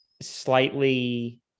slightly